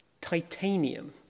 titanium